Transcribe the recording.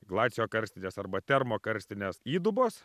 glaciokarstinės arba termokarstinės įdubos